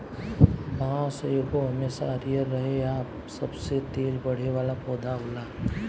बांस एगो हमेशा हरियर रहे आ सबसे तेज बढ़े वाला पौधा होला